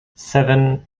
seven